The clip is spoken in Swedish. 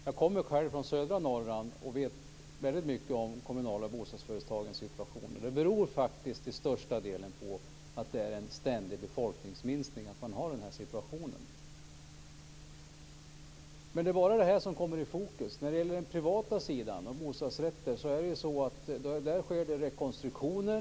Jag kommer själv från södra Norrland och vet väldigt mycket om de kommunala bostadsföretagens situation, som till största delen beror på den ständiga befolkningsminskningen. Men det är bara detta som kommer i fokus. När det gäller den privata sidan och bostadsrätter sker det rekonstruktioner.